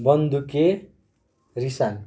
बन्दुके रिसान्त